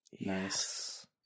Nice